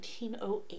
1908